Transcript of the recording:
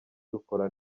dukora